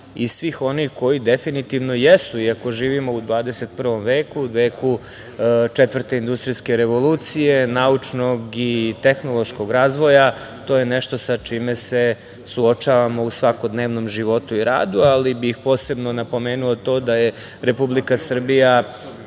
i svih onih koji definitivno jesu, iako živimo u 21 veku, veku četvrte industrijske revolucije, naučnog i tehnološkog razvoja, to je nešto sa čime se suočavamo u svakodnevnom životu i radu. Posebno bih napomenuo to da je Republika Srbija